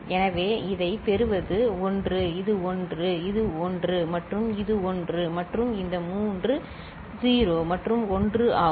எனவே இதைப் பெறுவது 1 இது 1 இது 1 மற்றும் இது 1 மற்றும் இந்த மூன்று 0 மற்றும் 1 ஆகும்